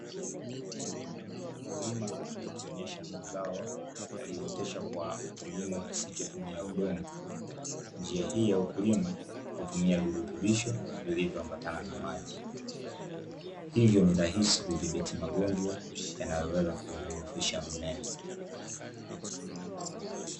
Mkulima akionyesha mazao aliyoyaotesha kwa kilimo kisichotumia udongo. Njia hii ya ukulima hutumia virutubisho vilivyo ambatana na maji, hivyo ni rahisi kudhibiti magonjwa yanayoweza kuudhoofisha mmea.